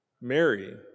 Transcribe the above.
Mary